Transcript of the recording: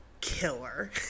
killer